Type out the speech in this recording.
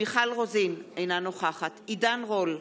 מיכל רוזין, אינה נוכחת עידן רול,